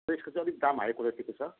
तर यसको चाहिँ दाम हाई क्वालिटीको छ